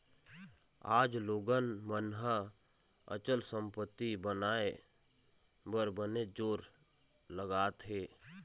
आज लोगन मन ह अचल संपत्ति बनाए बर बनेच जोर लगात हें